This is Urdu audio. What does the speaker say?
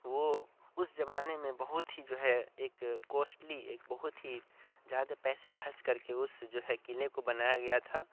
وہ اس زمانے میں بہت ہی جو ہے ایک کوسٹلی ایک بہت ہی زیادہ پیسے خرچ کر کے اس جو ہے قلعہ کو بنایا گیا تھا